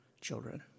children